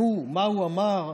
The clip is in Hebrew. נו, מה הוא אמר?